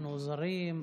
אנחנו זרים?